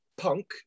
punk